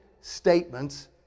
statements